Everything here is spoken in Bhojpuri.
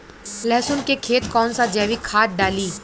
लहसुन के खेत कौन सा जैविक खाद डाली?